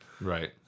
right